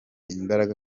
imbaraga